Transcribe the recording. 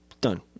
done